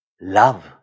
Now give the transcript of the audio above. love